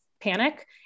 panic